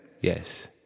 Yes